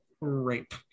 rape